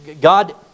God